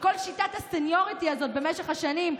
כל שיטת הסניוריטי הזאת במשך השנים,